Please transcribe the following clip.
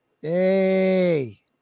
Hey